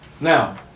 now